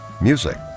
Music